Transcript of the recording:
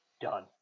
done